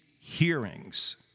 hearings